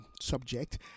subject